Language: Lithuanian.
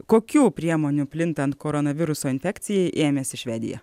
kokių priemonių plintant koronaviruso infekcijai ėmėsi švedija